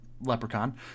Leprechaun